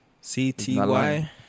C-T-Y-